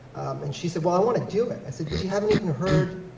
and she said, well, i want to do it. i said, but you haven't even heard.